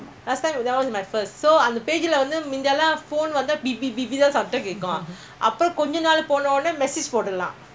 அப்பதாபோனேவந்துச்சுஅப்பநான் வேலபாத்தேன்எனக்குஇருபதுவயசுஇருந்துச்சு:apathaa phoneh vandhuchu apa naan vaela paatheen enaku irupathu vayasu irudnhuchu